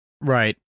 Right